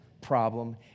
problem